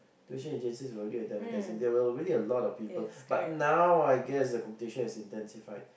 tuition agencies were already a dime a dozen there were already a lot of people but now I guess the competition is intensified